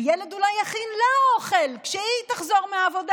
הילד אולי יכין לה אוכל כשהיא תחזור מהעבודה.